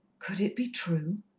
could it be true?